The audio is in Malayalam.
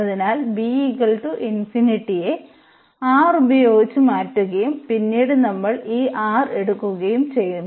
അതിനാൽ b യെ R ഉപയോഗിച്ച് മാറ്റുകയും പിന്നീട് നമ്മൾ ഈ R എടുക്കുകയും ചെയ്യുന്നു